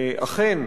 אכן